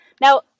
Now